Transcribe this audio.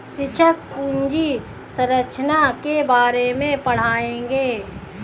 शिक्षक पूंजी संरचना के बारे में पढ़ाएंगे